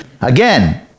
Again